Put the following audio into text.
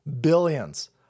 billions